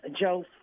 Joe